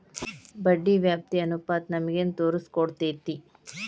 ಬಡ್ಡಿ ವ್ಯಾಪ್ತಿ ಅನುಪಾತ ನಮಗೇನ್ ತೊರಸ್ಕೊಡ್ತೇತಿ?